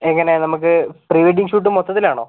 എങ്ങനെ നമുക്ക് prewedding shoot മൊത്തത്തിലാണോ